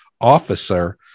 officer